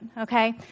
okay